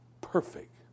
perfect